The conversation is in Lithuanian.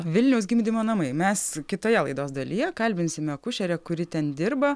vilniaus gimdymo namai mes kitoje laidos dalyje kalbinsime akušerę kuri ten dirba